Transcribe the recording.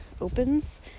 opens